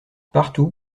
partout